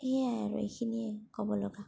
সেইয়াই আৰু এইখিনিয়ে ক'ব লগা